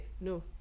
no